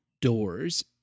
doors